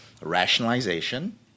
rationalization